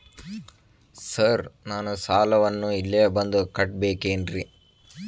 Sir ನಾನು ಸಾಲವನ್ನು ಇಲ್ಲೇ ಬಂದು ಕಟ್ಟಬೇಕೇನ್ರಿ?